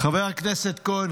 חבר הכנסת כהן,